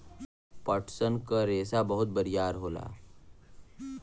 पटसन क रेसा बहुत बरियार होला